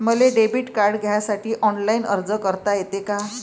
मले debit card घ्यासाठी online अर्ज करता येते का?